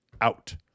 out